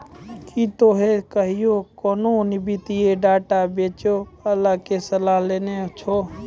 कि तोहें कहियो कोनो वित्तीय डेटा बेचै बाला के सलाह लेने छो?